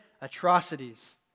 atrocities